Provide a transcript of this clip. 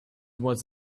was